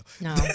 No